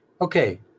Okay